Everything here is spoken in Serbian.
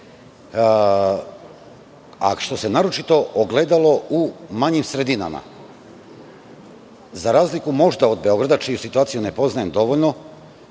a što se naročito ogledalo u manjim sredinama. Za razliku, možda od Beograda, čiju situaciju ne poznajem dovoljno,